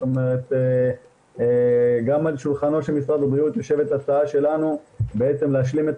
גם על שולחנו של משרד הבריאות יושבת הצעה שלנו להשלים את